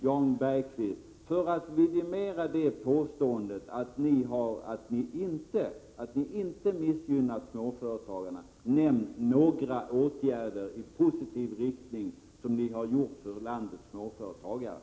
Jag vill rikta följande uppmaning till Jan Bergqvist, för att han skall få tillfälle att vidimera sitt påstående att man inte missgynnar småföretagarna: Nämn några åtgärder i positiv riktning som ni har genomfört för landets småföretagare!